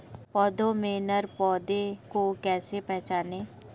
पौधों में नर पौधे को कैसे पहचानें?